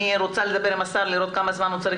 אני רוצה לדבר עם השר לראות כמה זמן הוא צריך